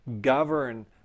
govern